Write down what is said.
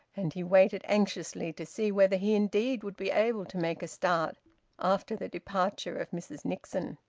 and he waited anxiously to see whether he indeed would be able to make a start after the departure of mrs nixon.